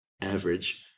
average